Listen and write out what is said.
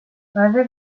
rather